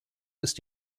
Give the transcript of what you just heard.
ist